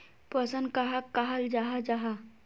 पोषण कहाक कहाल जाहा जाहा?